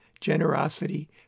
generosity